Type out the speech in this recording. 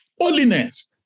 holiness